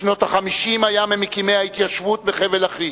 בשנות ה-50 היה ממקימי ההתיישבות בחבל לכיש.